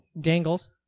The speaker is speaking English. Dangles